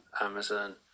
Amazon